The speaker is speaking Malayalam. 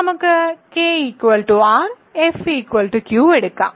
നമുക്ക് K R F Q എടുക്കാം